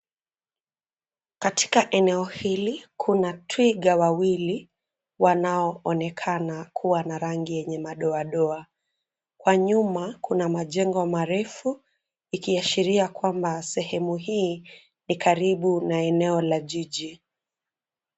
Katika eneo hili, kuna twiga wawili wanaoonekana kua na rangi yenye madoadoa. Kwa nyuma kuna majengo marefu, ikiashiria kwamba sehemu hii ni karibu na eneo la jiji.